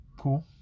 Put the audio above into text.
cool